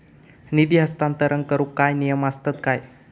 निधी हस्तांतरण करूक काय नियम असतत काय?